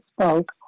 spoke